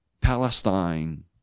palestine